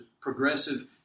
progressive